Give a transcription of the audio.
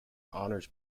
honors